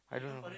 I don't know